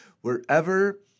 wherever